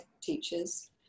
teachers